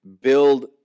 build